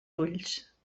ulls